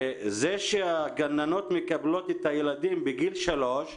זה שהגננות מקבלות את הילדים בגיל שלוש,